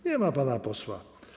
Nie ma pana posła.